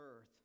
earth